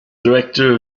director